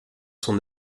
son